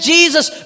Jesus